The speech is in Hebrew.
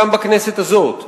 גם בכנסת הזאת,